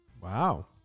Wow